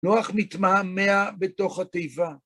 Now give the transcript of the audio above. נוח מתמהמה בתוך התיבה.